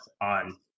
on